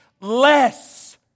Less